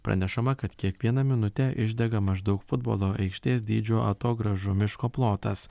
pranešama kad kiekvieną minutę išdega maždaug futbolo aikštės dydžio atogrąžų miško plotas